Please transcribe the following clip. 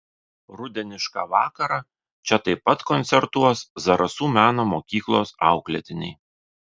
rudenišką vakarą čia taip pat koncertuos zarasų meno mokyklos auklėtiniai